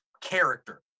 character